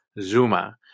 Zuma